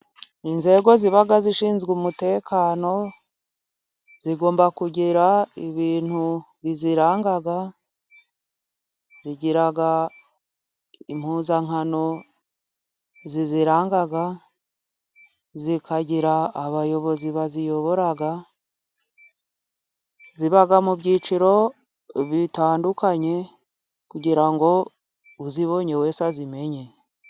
Inzego ziba zishinzwe umutekano zigomba kugira ibintu biziranga, zigira impuzankano ziziranga, zikagira abayobozi baziyobora, ziba mu byiciro bitandukanye kugira ngo uzibonye wese azimenye.